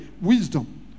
wisdom